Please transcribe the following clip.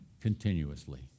continuously